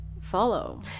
follow